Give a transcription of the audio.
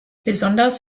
besonders